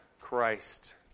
Christ